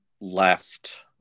left